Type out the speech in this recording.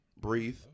breathe